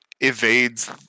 evades